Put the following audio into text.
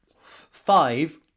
Five